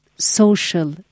social